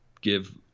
give